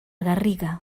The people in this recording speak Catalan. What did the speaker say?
garriga